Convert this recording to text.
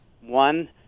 one